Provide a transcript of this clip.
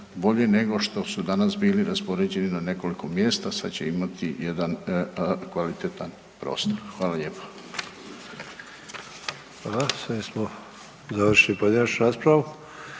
bolje nego što su danas bili raspoređeni na nekoliko mjesta sad će imati jedan kvalitetan prostor. Hvala lijepo. **Sanader, Ante (HDZ)**